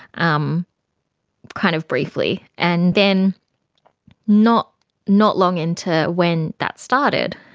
um kind of briefly. and then not not long into when that started,